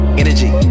energy